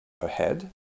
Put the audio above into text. ahead